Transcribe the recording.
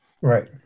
Right